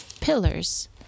pillars